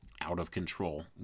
out-of-control